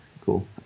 cool